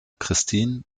christin